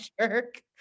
jerk